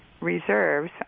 reserves